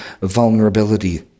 vulnerability